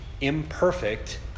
imperfect